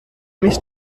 mich